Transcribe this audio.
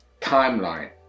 Timeline